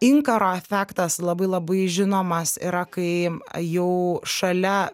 inkaro efektas labai labai žinomas yra kai jau šalia